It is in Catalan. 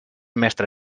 mestre